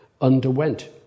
underwent